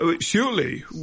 surely